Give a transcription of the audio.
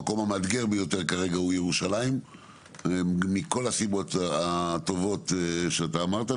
המקום המאתגר ביותר כרגע הוא ירושלים מכל הסיבות הטובות שאמרת,